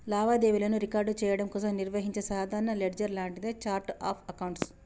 లావాదేవీలను రికార్డ్ చెయ్యడం కోసం నిర్వహించే సాధారణ లెడ్జర్ లాంటిదే ఛార్ట్ ఆఫ్ అకౌంట్స్